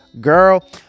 girl